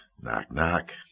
Knock-knock